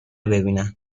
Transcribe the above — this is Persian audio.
ببینند